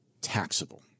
taxable